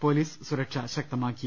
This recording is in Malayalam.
പൊലീസ് സുരക്ഷ ശക്തമാക്കി